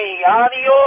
Adios